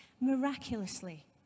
miraculously